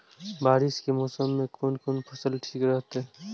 बारिश के मौसम में कोन कोन फसल ठीक रहते?